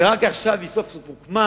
ורק עכשיו היא סוף סוף הוקמה.